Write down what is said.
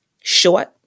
short